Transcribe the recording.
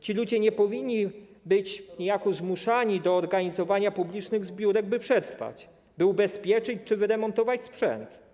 Ci ludzie nie powinni być niejako zmuszani do organizowania publicznych zbiórek, by przetrwać, by ubezpieczyć czy wyremontować sprzęt.